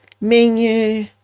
menu